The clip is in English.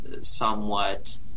somewhat